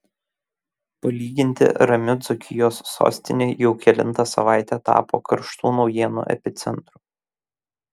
palyginti rami dzūkijos sostinė jau kelintą savaitę tapo karštų naujienų epicentru